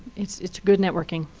it's it's good networking.